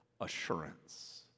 assurance